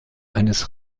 eines